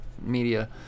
media